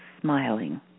smiling